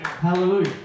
Hallelujah